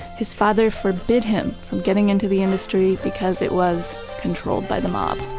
his father forbid him from getting into the industry because it was controlled by the mob